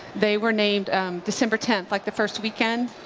they were named december tenth like the first weekend.